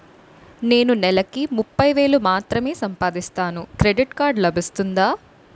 నేను నెల కి ముప్పై వేలు మాత్రమే సంపాదిస్తాను క్రెడిట్ కార్డ్ లభిస్తుందా?